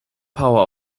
power